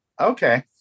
Okay